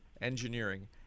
engineering